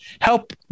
help